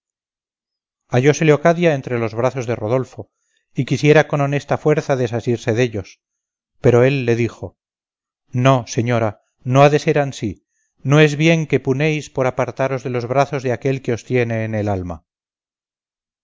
ausentado hallóse leocadia entre los brazos de rodolfo y quisiera con honesta fuerza desasirse dellos pero él le dijo no señora no ha de ser ansí no es bien que punéis por apartaros de los brazos de aquel que os tiene en el alma